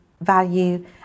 value